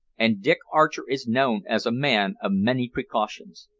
and dick archer is known as a man of many precautions.